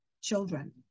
children